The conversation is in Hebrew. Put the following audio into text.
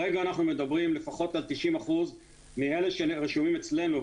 כרגע אנחנו מדברים לפחות על 90% מאלה שרשומים אצלנו,